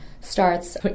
starts